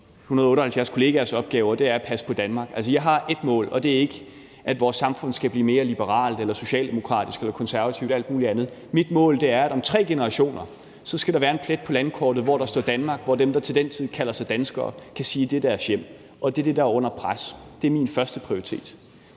178 kollegers opgave er at passe på Danmark. Jeg har ét mål, og det er ikke, at vores samfund skal blive mere liberalt eller socialdemokratisk eller konservativt eller alt muligt andet. Mit mål er, at om tre generationer skal der være en plet på landkortet, hvor der står Danmark, og hvor dem, der til den tid kalder sig danskere, kan sige, at det er deres hjem. Det er min første prioritet,